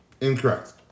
Incorrect